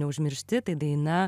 neužmiršti tai daina